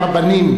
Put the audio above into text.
מהרבנים,